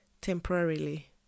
temporarily